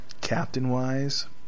Captain-wise